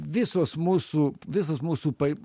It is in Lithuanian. visos mūsų visos mūsų taip